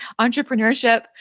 entrepreneurship